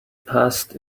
past